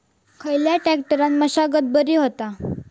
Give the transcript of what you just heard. खयल्या ट्रॅक्टरान मशागत बरी होता?